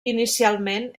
inicialment